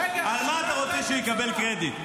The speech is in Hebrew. על מה אתה רוצה שהוא יקבל קרדיט?